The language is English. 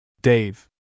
Dave